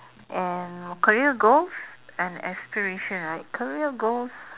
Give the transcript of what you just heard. and careers goals and aspiration right career goals